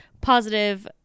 positive